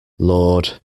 lord